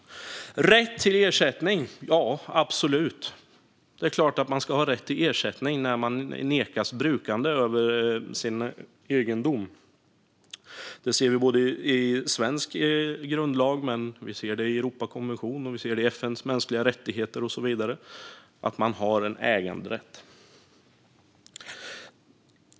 Rätten till ersättning gäller absolut. Det är klart att man ska ha rätt till ersättning när man nekas brukande av sin egendom. I svensk grundlag, Europakonventionen, FN:s mänskliga rättigheter och så vidare ser vi att det finns en äganderätt.